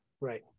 Right